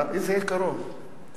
איזה עיקרון?